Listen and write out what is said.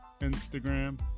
Instagram